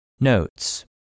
Notes